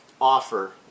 offer